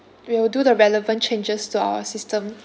we'll do the relevant changes to our system